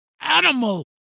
animal